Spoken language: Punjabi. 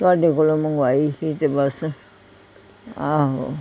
ਤੁਹਾਡੇ ਕੋਲੋਂ ਮੰਗਵਾਈ ਸੀ ਅਤੇ ਬਸ ਆਹੋ